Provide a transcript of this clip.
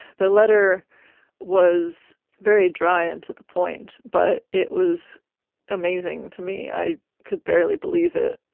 the letter was very dry and to the point but it was amazing to me, i could barely believe it.